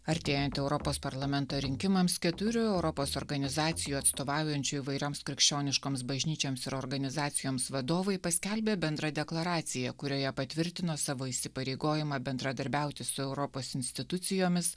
artėjant europos parlamento rinkimams keturių europos organizacijų atstovaujančių įvairioms krikščioniškoms bažnyčioms ir organizacijoms vadovai paskelbė bendrą deklaraciją kurioje patvirtino savo įsipareigojimą bendradarbiauti su europos institucijomis